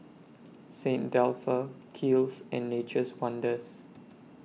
Saint Dalfour Kiehl's and Nature's Wonders